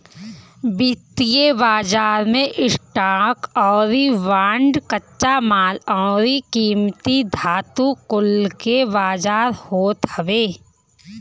वित्तीय बाजार मे स्टॉक अउरी बांड, कच्चा माल अउरी कीमती धातु कुल के बाजार होत हवे